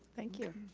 thank you.